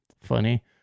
funny